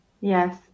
Yes